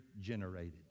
generated